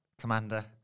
Commander